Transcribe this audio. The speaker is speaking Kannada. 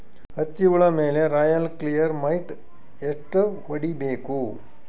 ಹತ್ತಿ ಹುಳ ಮೇಲೆ ರಾಯಲ್ ಕ್ಲಿಯರ್ ಮೈಟ್ ಎಷ್ಟ ಹೊಡಿಬೇಕು?